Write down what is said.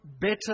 better